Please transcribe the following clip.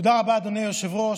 תודה רבה, אדוני היושב-ראש.